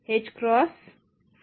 కి సమానం